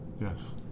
Yes